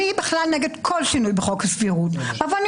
אני בכלל נגד כל שינוי בחוק הסבירות אבל אני